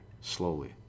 slowly